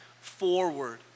forward